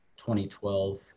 2012